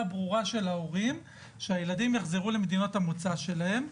ברורה של ההורים שהילדים יחזרו למדינות המוצא שלהם,